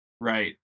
right